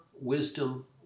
wisdom